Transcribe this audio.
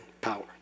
power